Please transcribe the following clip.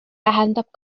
tähendab